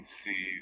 see